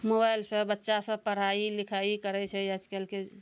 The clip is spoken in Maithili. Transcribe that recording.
मोबाइल सऽ बच्चा सब पढ़ाइ लिखाइ करै छै आइकाल्हिके